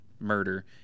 murder